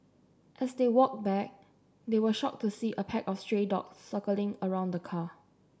as they walked back they were shocked to see a pack of stray dogs circling around the car